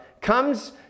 comes